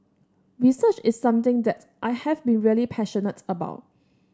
research is something that I have been really passionate about